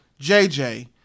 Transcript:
JJ